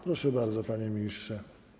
Proszę bardzo, panie ministrze.